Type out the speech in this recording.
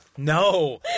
No